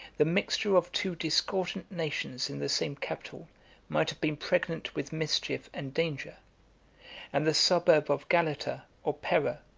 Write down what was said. the mixture of two discordant nations in the same capital might have been pregnant with mischief and danger and the suburb of galata, or pera,